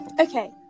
okay